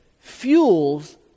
fuels